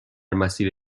مسیر